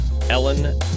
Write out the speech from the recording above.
Ellen